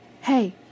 Hey